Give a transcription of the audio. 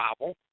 Bible